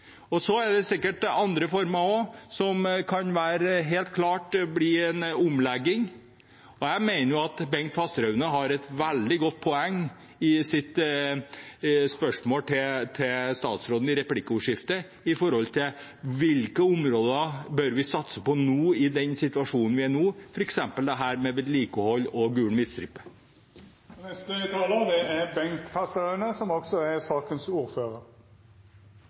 Så kan det helt klart være andre former for omlegging også, og jeg mener at Bengt Fasteraune har et veldig godt poeng i sitt spørsmål til statsråden i replikkordskiftet angående hvilke områder vi bør satse på i den situasjonen vi er i nå, f.eks. dette med vedlikehold og gul midtstripe. Jeg glemte vel egentlig å si – i starten som saksordfører – at i likhet med det representanten Orten sa, er